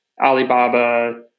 Alibaba